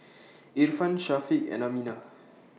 Irfan Syafiq and Aminah